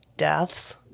deaths